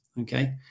Okay